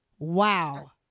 Wow